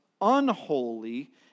unholy